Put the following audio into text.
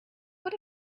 what